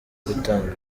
gutanga